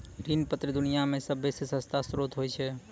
ऋण पत्र दुनिया मे सभ्भे से सस्ता श्रोत होय छै